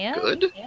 good